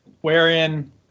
wherein